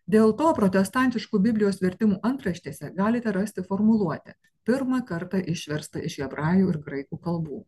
dėl to protestantiškų biblijos vertimų antraštėse galite rasti formuluotę pirmą kartą išversta iš hebrajų ir graikų kalbų